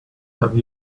have